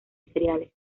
cereales